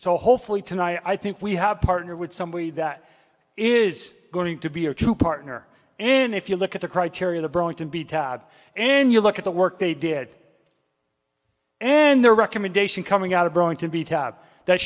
so hopefully tonight i think we have partner with somebody that is going to be a true partner in if you look at the criteria the burlington b tab and you look at the work they did and their recommendation coming out of growing to be tab that